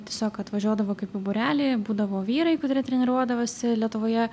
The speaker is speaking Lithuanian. tiesiog atvažiuodavau kaip į būrelį būdavo vyrai kurie treniruodavosi lietuvoje